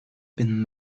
been